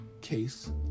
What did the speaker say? Case